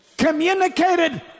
communicated